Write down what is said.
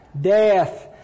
Death